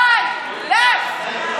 לך.